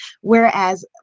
Whereas